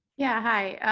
yeah. hi.